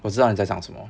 我知道你在想什么